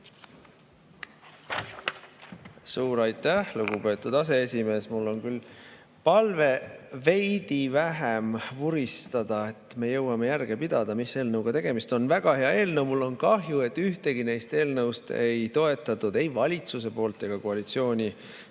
Suur aitäh, lugupeetud aseesimees! Mul on küll palve veidi vähem vuristada, et me jõuaksime järge pidada, mis eelnõuga tegemist on. Väga hea eelnõu! Mul on kahju, et ühtegi neist eelnõudest ei toetatud ei valitsuse poolt ega koalitsioonisaadikute